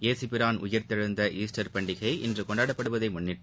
இயேசுபிரான் உயிர்த்தெழுந்த ஈஸ்டர் பண்டிகை இன்று கொண்டாடப்படுவதை முன்னிட்டு